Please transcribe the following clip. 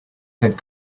had